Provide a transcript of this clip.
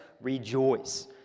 rejoice